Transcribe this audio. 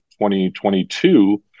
2022